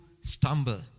stumble